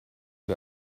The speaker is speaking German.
wir